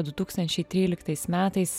du tūkstančiai tryliktais metais